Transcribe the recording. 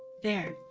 there,